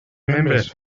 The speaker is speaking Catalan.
membres